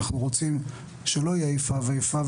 אנחנו רוצים שלא יהיה איפה ואיפה,